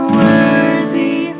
worthy